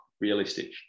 realistic